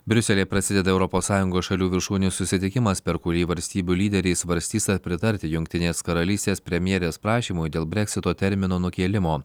briuselyje prasideda europos sąjungos šalių viršūnių susitikimas per kurį valstybių lyderiai svarstys ar pritarti jungtinės karalystės premjerės prašymui dėl breksito termino nukėlimo